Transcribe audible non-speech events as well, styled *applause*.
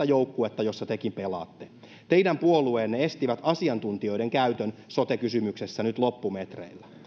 *unintelligible* joukkuetta jossa tekin pelaatte teidän puolueenne estivät asiantuntijoiden käytön sote kysymyksessä nyt loppumetreillä